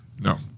No